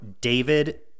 David